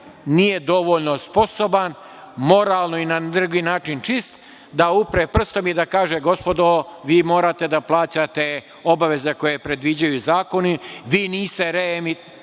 nije dovoljno sposoban, moralno ili na drugi način čist, da upre prstom i da kaže – gospodo, vi morate da plaćate obaveze koje predviđaju zakoni, vi niste reemiteri,